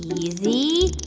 easy,